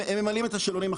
הם ממלאים את השאלונים,